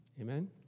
Amen